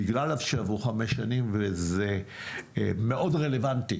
בגלל שעברו חמש שנים וזה מאוד רלבנטי